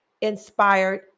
inspired